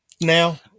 now